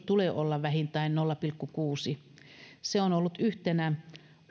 tulee olla vähintään nolla pilkku kuusi ja se on ollut yhtenä